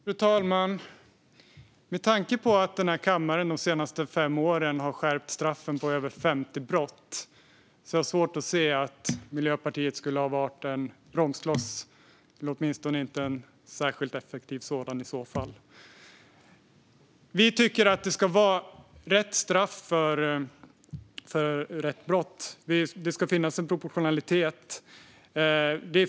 Fru talman! Med tanke på att denna kammare de senaste fem åren har skärpt straffen för över 50 brott har jag svårt att se att Miljöpartiet skulle ha varit en bromskloss, åtminstone inte en särskilt effektiv sådan. Vi tycker att det ska vara rätt straff för rätt brott. Det ska finnas proportionalitet.